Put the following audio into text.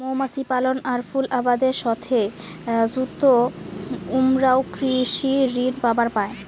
মৌমাছি পালন আর ফুল আবাদের সথে যুত উমরাও কৃষি ঋণ পাবার পায়